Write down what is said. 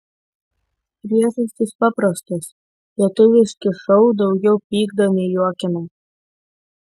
priežastys paprastos lietuviški šou daugiau pykdo nei juokina